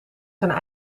zijn